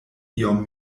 iom